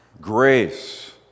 grace